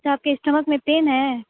تو آپ کے اسٹمک میں پین ہے